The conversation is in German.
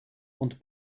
und